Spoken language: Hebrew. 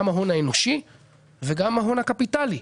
גם ההון האנושי וגם ההון הקפיטלי.